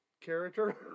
character